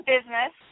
Business